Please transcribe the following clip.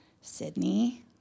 Sydney